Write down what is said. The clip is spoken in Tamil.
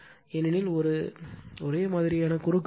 ஏனெனில் ஒரே மாதிரியான குறுக்குவெட்டு